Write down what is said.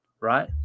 right